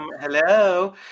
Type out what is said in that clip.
hello